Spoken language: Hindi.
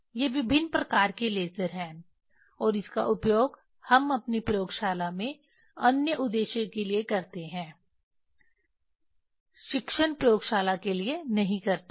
ये विभिन्न प्रकार के लेज़र हैं और इसका उपयोग हम अपनी प्रयोगशाला में अन्य उद्देश्य के लिए करते हैं शिक्षण प्रयोगशाला के लिए नहीं करते हैं